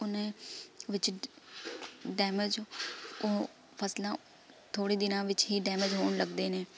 ਉਨ੍ਹੇ ਵਿੱਚ ਡੈਮਿਜ ਉਹ ਫਸਲਾਂ ਥੋੜ੍ਹੇ ਦਿਨਾਂ ਵਿੱਚ ਹੀ ਡੈਮਜ ਹੋਣ ਲੱਗਦੇ ਨੇ